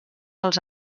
els